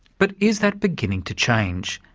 but is that beginning to change?